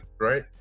right